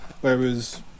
Whereas